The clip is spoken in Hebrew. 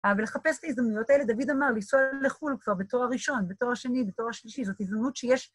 אבל לחפש את ההזדמנויות האלה, דוד אמר, לנסוע לחו"ל כבר בתואר ראשון, בתואר שני, בתואר שלישי, זאת הזדמנות שיש.